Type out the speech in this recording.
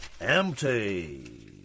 empty